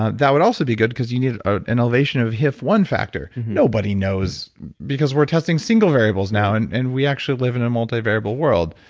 ah that would also be good because you need an elevation of hif one factor nobody knows because we're testing single variables now and and we actually live in a multi-variable world.